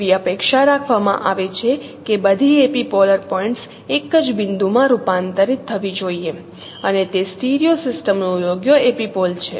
એવી અપેક્ષા રાખવામાં આવે છે કે બધી એપિપોલર પોઇન્ટ્સ એક જ બિંદુમાં રૂપાંતરિત થવી જોઈએ અને તે સ્ટીરિયો સિસ્ટમ નું યોગ્ય એપિપોલ છે